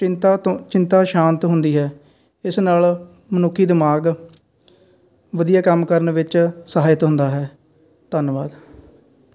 ਚਿੰਤਾ ਤੋਂ ਚਿੰਤਾ ਸ਼ਾਂਤ ਹੁੰਦੀ ਹੈ ਇਸ ਨਾਲ ਮਨੁੱਖੀ ਦਿਮਾਗ ਵਧੀਆ ਕੰਮ ਕਰਨ ਵਿੱਚ ਸਹਾਇਕ ਹੁੰਦਾ ਹੈ ਧੰਨਵਾਦ